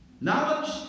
Knowledge